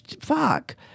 fuck